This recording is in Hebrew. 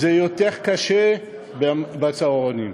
יותר קשה בצהרונים.